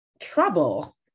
trouble